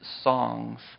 songs